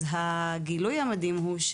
אז הגילוי המדהים הוא,